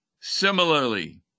Similarly